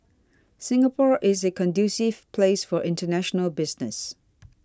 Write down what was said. Singapore is a conducive place for international business